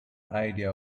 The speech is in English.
idea